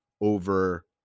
over